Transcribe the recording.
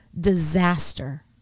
disaster